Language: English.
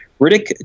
Riddick